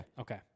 Okay